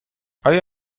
آیا